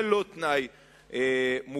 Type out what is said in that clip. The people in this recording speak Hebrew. זה לא תנאי מוקדם.